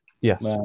yes